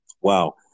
wow